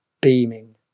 beaming